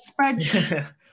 spreadsheet